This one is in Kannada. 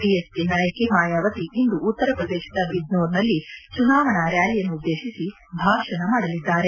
ಬಿಎಸ್ಪಿ ನಾಯಕಿ ಮಾಯಾವತಿ ಇಂದು ಉತ್ತರಪ್ರದೇಶದ ಬಿಜ್ನೋರ್ನಲ್ಲಿ ಚುನಾವಣಾ ರ್ಕಾಲಿಯನ್ನು ಉದ್ದೇಶಿಸಿ ಭಾಷಣ ಮಾಡಲಿದ್ದಾರೆ